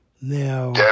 Now